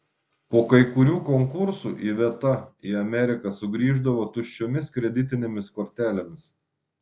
po kai kurių konkursų iveta į ameriką sugrįždavo tuščiomis kreditinėmis kortelėmis